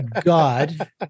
god